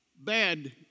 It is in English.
bad